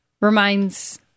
reminds